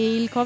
il